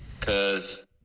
Cause